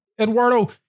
Eduardo